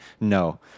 No